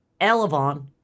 Elevon